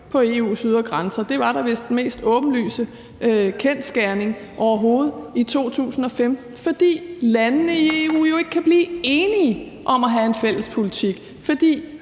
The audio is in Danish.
på EU's ydre grænser, for det var da vist den mest åbenlyse kendsgerning overhovedet i 2015, fordi landene i EU jo ikke kan blive enige om at have en fælles politik, fordi